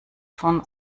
von